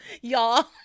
y'all